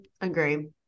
Agree